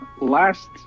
last